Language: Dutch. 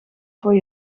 voor